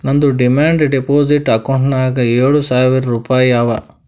ನಂದ್ demand deposit ಅಕೌಂಟ್ನಾಗ್ ಏಳ್ ಸಾವಿರ್ ರುಪಾಯಿ ಅವಾ